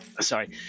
Sorry